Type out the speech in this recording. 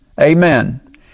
Amen